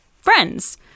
friends